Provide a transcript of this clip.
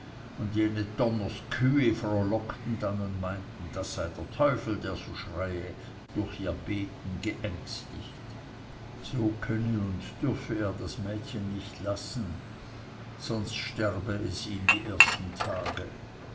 und jene d kühe frohlockten dann und meinten das sei der teufel der so schreie durch ihr beten geängstigt so könne und dürfe er das mädchen nicht lassen sonst sterbe es ihm die ersten tage